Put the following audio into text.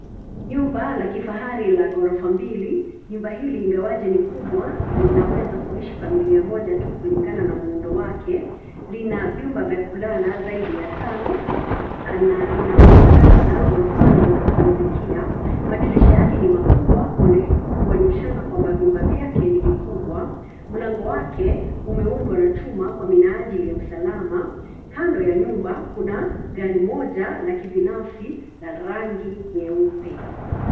Nyumba la kifahari la ghorofa mbili. Nyumba hili ingawaje ni kubwa, laweza kuishi familia moja tu kulingana na muundo wake. Lina vyumba vya kulala zaidi ya tano, na ina ubaraza ghorofani wa kupumzikia. Madirisha yake ni makubwa, kuonyeshana kwamba vyumba viyake ni vikubwa. Mlango wake, umeundwa na chuma kwa minajili ya usalama. Kando ya nyumba, kuna gari moja la kibinafsi la rangi nyeupe.